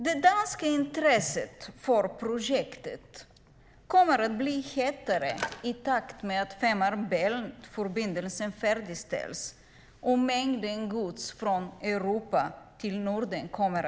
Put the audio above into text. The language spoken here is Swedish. Det danska intresset för projektet kommer att bli hetare i takt med att Fehmarn bält-förbindelsen färdigställs och mängden gods från Europa till Norden ökar.